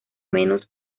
menos